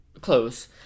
close